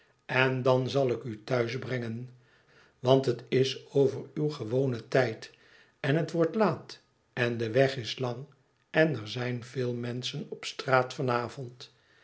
en dan zal ik u thuis brengen want het is over uw gewonen tijd en het wordt laat en de weg is lang en er zijn veel menschen op straat